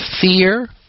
fear